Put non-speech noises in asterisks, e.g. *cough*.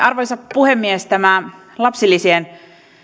*unintelligible* arvoisa puhemies tämä lapsilisien